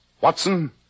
Watson